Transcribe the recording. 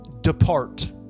depart